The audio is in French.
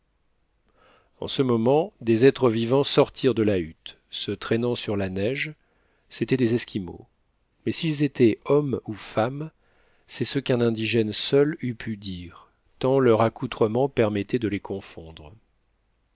en ce moment des êtres vivants sortirent de la hutte se traînant sur la neige c'étaient des esquimaux mais s'ils étaient hommes ou femmes c'est ce qu'un indigène seul eût pu dire tant leur accoutrement permettait de les confondre